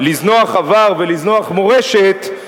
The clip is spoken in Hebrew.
לזנוח עבר ולזנוח מורשת,